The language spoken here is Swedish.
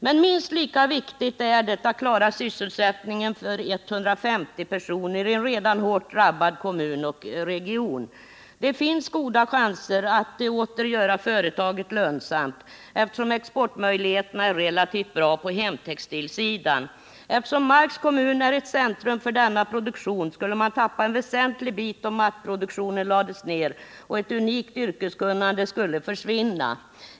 Men minst lika viktigt är det att klara sysselsättningen för 150 personer i en redan hårt drabbad kommun och region. Det finns goda chanser att åter göra företaget lönsamt, eftersom exportmöjligheterna är relativt goda på hemtextilsidan. Marks kommun är ett centrum för denna produktion, och kommunen skulle förlora en väsentlig del av denna om mattproduktionen vid Kasthalls lades ner. Ett unikt yrkeskun nande skulle också försvinna.